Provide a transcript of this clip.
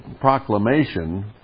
proclamation